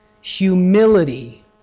Humility